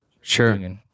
Sure